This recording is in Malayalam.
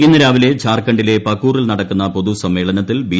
ഇന്ന് രാവിലെ ജാർഖണ്ഡിലെ പകൂറിൽ നടക്കുന്ന പൊതുസമ്മേളനത്തിൽ ബി